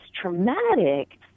traumatic